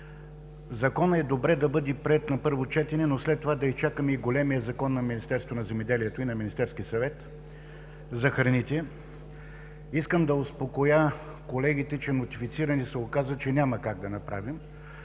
Законът е добре да бъде приет на първо четене, но след това да изчакаме и големия Закон за храните на Министерството на земеделието и на Министерския съвет. Искам да успокоя колегите, че нотифициране няма как да направим